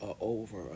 over